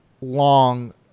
long